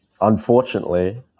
Unfortunately